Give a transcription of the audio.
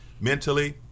mentally